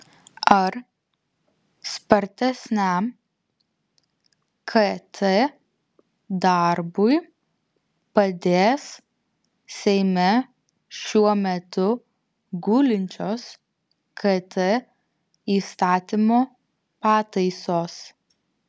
ar spartesniam kt darbui padės seime šiuo metu gulinčios kt įstatymo pataisos